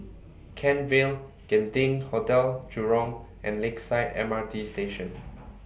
Kent Vale Genting Hotel Jurong and Lakeside M R T Station